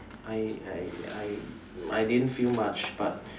I I I I didn't feel much but